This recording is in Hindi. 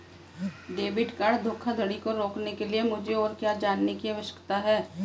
डेबिट कार्ड धोखाधड़ी को रोकने के लिए मुझे और क्या जानने की आवश्यकता है?